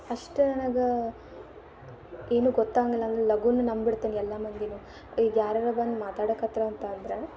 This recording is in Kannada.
ಅಷ್ಟು ನನಗೆ ಏನೂ ಗೊತ್ತಾಂಗಿಲ್ಲ ಅಂದ್ರೆ ಲಗೂನ ನಂಬಿಡ್ತೇನೆ ಎಲ್ಲ ಮಂದಿನ್ನೂ ಈಗ ಯಾರರೂ ಬಂದು ಮಾತಾಡಕ್ಕೆ ಹತ್ತಿರ ಅಂತ ಅಂದರೆ